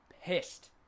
pissed